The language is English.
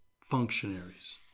functionaries